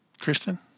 Kristen